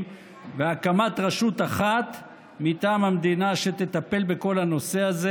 והקמת רשות אחת מטעם המדינה שתטפל בכל הנושא הזה